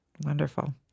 wonderful